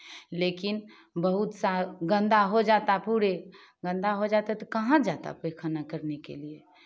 लेकिन बहुत सा गंदा हो जाता पूरे गंदा हो जाता है तो कहाँ जाता पैखाना करने के लिए